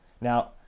Now